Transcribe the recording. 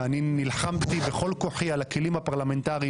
אני נלחמתי בכל כוחי על הכלים הפרלמנטריים